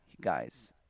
Guys